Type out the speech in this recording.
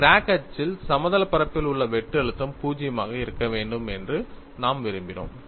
crack அச்சில் சமதள பரப்பில் உள்ள வெட்டு அழுத்தம் 0 ஆக இருக்க வேண்டும் என்று நாம் விரும்பினோம்